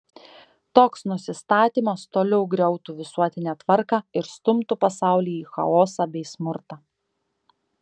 toks nusistatymas toliau griautų visuotinę tvarką ir stumtų pasaulį į chaosą bei smurtą